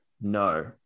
No